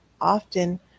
often